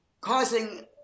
causing